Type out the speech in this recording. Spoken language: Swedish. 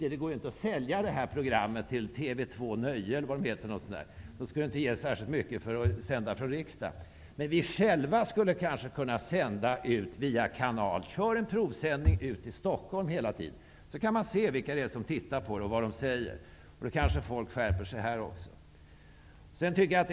Nej, det går inte att sälja det här programmet till TV 2 nöje, eller vad det heter. De skulle inte betala särskilt mycket för att sända från riksdagen. Men vi själva skulle kanske kunna sända. Kör en provsändning över Stockholm. Då kan man få veta vilka som tittar och vad de tycker.